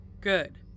Good